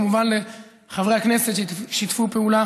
כמובן לחברי הכנסת ששיתפו פעולה